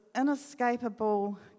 inescapable